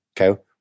Okay